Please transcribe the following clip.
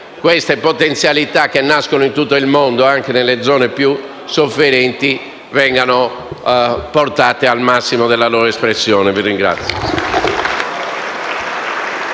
le potenzialità che nascono in tutto il mondo, anche nelle zone più sofferenti, vengano portate al massimo della loro espressione. *(Applausi.